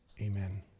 Amen